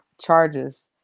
charges